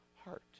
heart